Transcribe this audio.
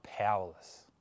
powerless